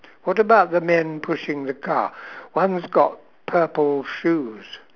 what about the men pushing the car one's got purple shoes